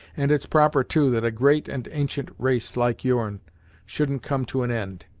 and it's proper, too, that a great and ancient race like your'n shouldn't come to an end.